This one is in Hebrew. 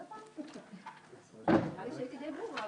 בשטח, אני חייב לומר,